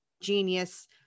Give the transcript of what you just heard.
genius